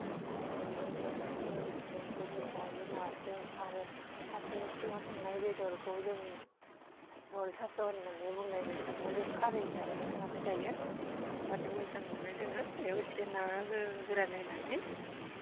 थास'बो थास' बिथ'राइखौबो जायो नाजों आरो थास'नि सिङाव थांनाय बेदरखौ जों मल थास' होन्नानै बुनाय मोनसेखौ जों खारै होनानै संनानै जायो जानो मोजां मोनो जोङो एयाव एसे ना गोह गोरान होनानै